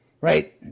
Right